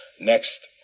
next